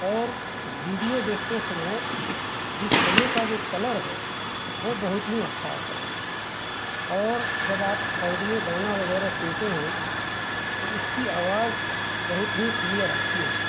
اور ویڈیو دیکھتے سمے ڈسپلے کا جو کلر ہے وہ بہت ہی اچّھا آتا ہے اور جب آپ آڈیو گانا وغیرہ سنتے ہیں تو اس کی آواز بہت ہی کلیئر آتی ہے